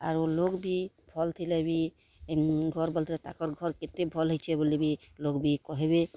ଆରୁ ଲୋଗ୍ ବି ଭଲ୍ ଥିଲେ ବି ତାକର୍ ଘର୍ କେତେ ଭଲ୍ ହେଇଛେ ବୋଲି ବି ଲୋଗ୍ ବି କହେବେ